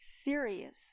serious